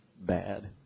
bad